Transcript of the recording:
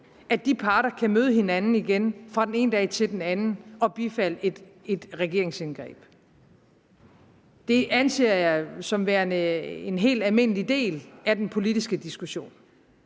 at de parter så kan møde hinanden igen fra den ene dag til den anden og bifalde et regeringsindgreb. Det er da ikke min forventning. Det anser jeg som værende en helt almindelig del af den politiske diskussion.